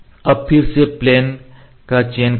अब फिर से प्लेन का चयन करें